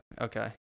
Okay